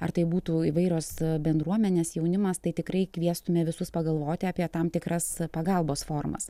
ar tai būtų įvairios bendruomenės jaunimas tai tikrai kviestume visus pagalvoti apie tam tikras pagalbos formas